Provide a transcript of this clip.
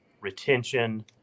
retention